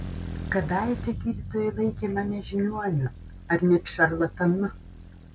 kadaise gydytojai laikė mane žiniuoniu ar net šarlatanu